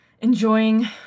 enjoying